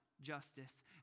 justice